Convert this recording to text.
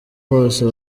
hose